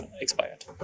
expired